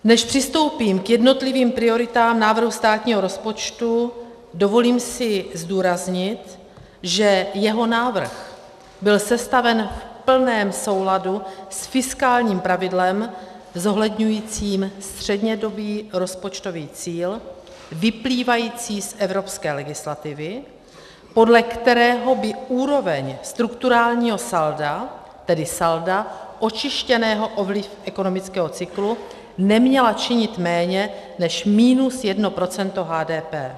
Než přistoupím k jednotlivým prioritám návrhu státního rozpočtu, dovolím si zdůraznit, že jeho návrh byl sestaven v plném souladu s fiskálním pravidlem zohledňujícím střednědobý rozpočtový cíl vyplývající z evropské legislativy, podle kterého by úroveň strukturálního salda, tedy salda očištěného o vliv ekonomického cyklu, neměla činit méně než minus 1 % HDP.